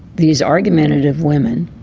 these argumentative women,